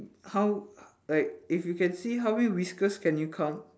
how like if you can see how many whiskers can you count